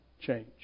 change